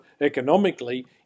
economically